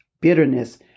bitterness